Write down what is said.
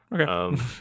Okay